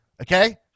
Okay